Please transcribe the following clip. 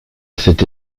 cette